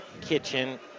Kitchen